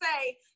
say